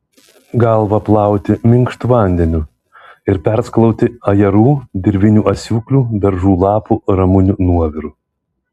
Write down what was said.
galvą plauti minkštu vandeniu ir perskalauti ajerų dirvinių asiūklių beržų lapų ramunių nuoviru